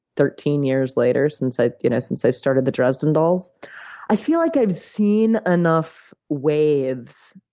thirteen years later since i you know since i started the dresden dolls i feel like i've seen enough waves